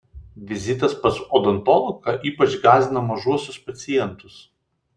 vizitas pas odontologą ypač gąsdina mažuosius pacientus